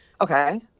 Okay